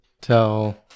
tell